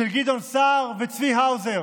גדעון סער וצביקה האוזר.